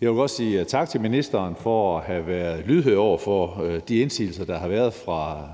Jeg vil godt sige tak til ministeren for at have været lydhør over for de indsigelser, der har været fra